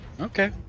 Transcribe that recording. Okay